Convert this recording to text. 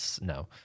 No